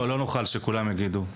לא, לא כולם יוכלו לדבר,